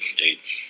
States